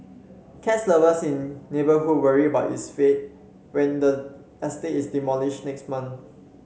cats lovers in neighbourhood worry about its fate when the estate is demolished next month